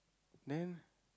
then